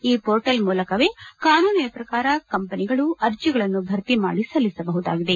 ಈ ಪೋರ್ಟಲ್ ಮೂಲಕವೇ ಕಾನೂನಿನ ಪ್ರಕಾರ ಕಂಪನಿಗಳು ಅರ್ಜಿಗಳನ್ನು ಭರ್ತಿಮಾದಿ ಸಲ್ಲಿಸಬಹುದಾಗಿದೆ